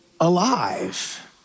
alive